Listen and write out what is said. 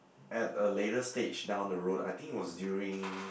at a later stage down the road I think it was during